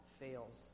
fails